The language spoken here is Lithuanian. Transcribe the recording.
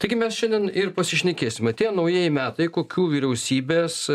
taigi mes šiandien ir pasišnekėsim atėjo naujieji metai kokių vyriausybės